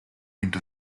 into